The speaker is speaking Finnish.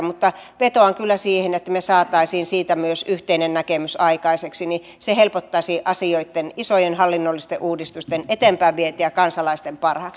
mutta vetoan kyllä siihen että me saisimme siitä myös yhteisen näkemyksen aikaiseksi se helpottaisi asioitten isojen hallinnollisten uudistusten eteenpäinvientiä kansalaisten parhaaksi